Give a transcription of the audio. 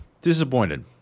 disappointed